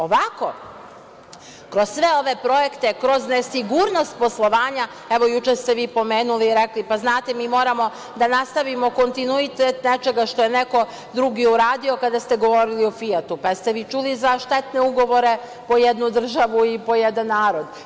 Ovako, kroz sve ove projekte, kroz nesigurnost poslovanja, evo, juče ste vi pomenuli i rekli - pa, znate, mi moramo da nastavimo kontinuitet nečega što je neko drugi uradio, kada ste govorili o "Fijatu", pa jel ste vi čuli za štetne ugovore po jednu državu i po jedan narod?